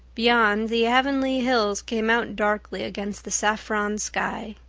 beyond, the avonlea hills came out darkly against the saffron sky.